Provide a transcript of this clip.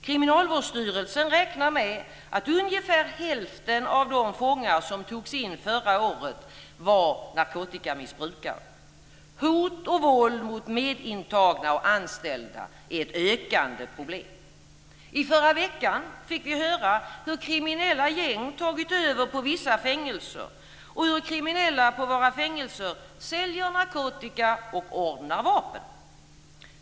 Kriminalvårdsstyrelsen räknar med att ungefär hälften av de fångar som togs in förra året var narkotikamissbrukare. Hot och våld mot medintagna och anställda är ett ökande problem. I förra veckan fick vi höra hur kriminella gäng tagit över på vissa fängelser och hur kriminella på våra fängelser säljer narkotika och ordnar vapen.